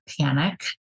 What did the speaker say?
panic